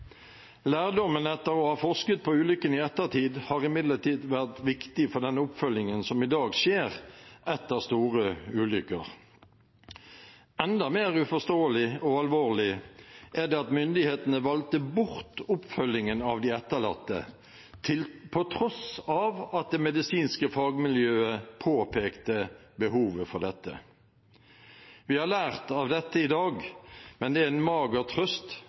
Lærdommen etter å ha forsket på ulykken i ettertid har imidlertid vært viktig for den oppfølgingen som i dag skjer etter store ulykker. Enda mer uforståelig og alvorlig er det at myndighetene valgte bort oppfølgingen av de etterlatte til tross for at det medisinske fagmiljøet påpekte behovet for dette. Vi har lært av dette i dag, men det er en mager trøst